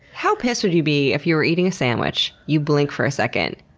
how pissed would you be if you were eating a sandwich, you blink for a second,